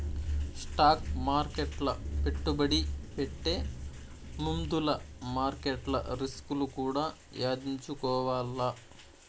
stock మార్కెట్ల పెట్టుబడి పెట్టే ముందుల మార్కెట్ల రిస్కులు కూడా యాదించుకోవాల్ల